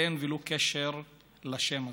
אין לו קשר לשם הזה.